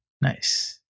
Nice